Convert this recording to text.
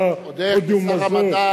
על הפודיום הזה ועוד איך.